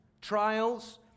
trials